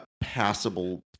passable